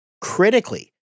Critically